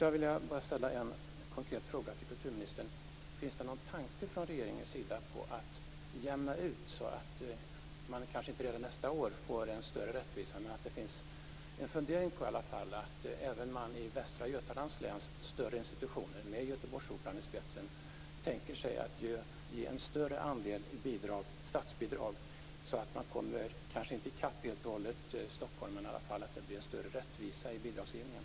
Jag vill då ställa en konkret fråga till kulturministern: Finns det någon tanke från regeringens sida på att jämna ut så att det, även om det kanske inte sker redan nästa år, blir en större rättvisa? Finns det någon fundering på att man även vid Västra Götalands läns större institutioner, med Göteborgsoperan i spetsen, skall få en större andel statsbidrag? Även om man kanske inte skulle komma i kapp Stockholm helt och hållet, skulle det i alla fall bli en större rättvisa i bidragsgivningen.